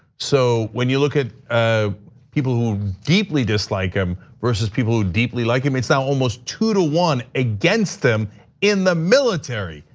so, when you look at ah people who deeply dislike him versus people who deeply like him. it's now almost two to one against him in the military,